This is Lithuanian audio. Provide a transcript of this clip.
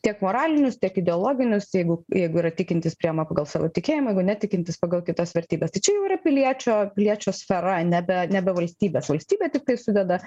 tiek moralinius tiek ideologinius jeigu jeigu yra tikintis priima pagal savo tikėjimą jeigu netikintis pagal kitas vertybes tai čia jau yra piliečio piliečio sfera nebe nebe valstybės valstybė tiktai sudeda